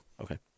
Okay